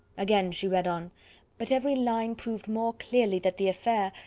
again she read on but every line proved more clearly that the affair,